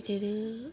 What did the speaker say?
बिदिनो